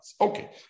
Okay